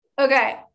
Okay